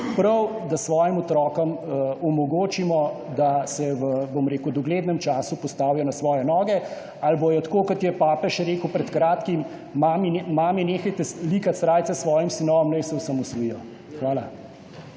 prav, da svojim otrokom omogočimo, da se v doglednem času postavijo na svoje noge, ali bodo tako, kot je papež rekel pred kratkim: »Mame, nehajte likati srajce svojim sinovom, naj se osamosvojijo.« Hvala.